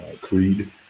Creed